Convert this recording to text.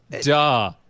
Duh